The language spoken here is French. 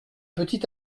petit